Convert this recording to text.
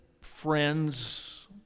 friends